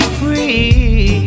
free